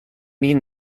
mean